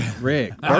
Rick